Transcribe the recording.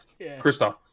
Kristoff